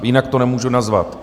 Jinak to nemůžu nazvat.